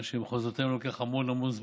מה שבמחוזותינו לוקח המון המון זמן,